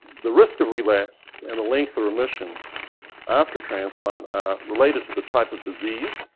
the risk of relapse and the length of remission after transplant are related to the type of disease,